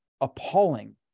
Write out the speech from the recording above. appalling